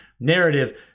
narrative